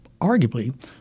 arguably